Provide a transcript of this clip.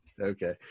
Okay